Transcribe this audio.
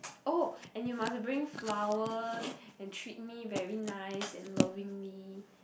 oh and you must bring flowers and treat me very nice and lovingly